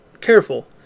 careful